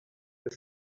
the